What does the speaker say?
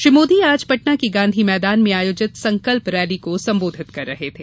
श्री मोदी आज पटना के गांधी मैदान में आयोजित संकल्प रैली को संबोधित कर रहे थे